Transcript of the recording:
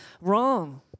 wrong